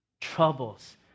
troubles